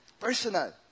personal